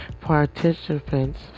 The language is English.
participants